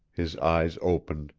his eyes opened,